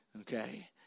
Okay